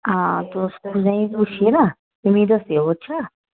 हां तुस उ'नेंगी पुच्छियै ना ते मि दस्सेओ अच्छा